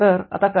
तर आता काय